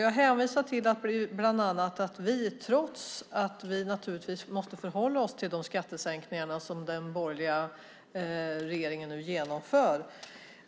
Jag hänvisar bland annat till att vi, trots att vi naturligtvis måste förhålla oss till de skattesänkningar som den borgerliga regeringen nu genomför,